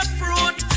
fruit